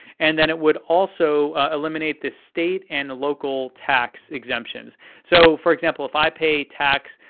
and then it would also eliminate the state and local tax exemptions so for example, if i pay tax,